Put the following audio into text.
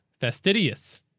fastidious